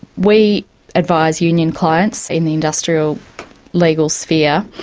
we advise union clients in the industrial legal sphere,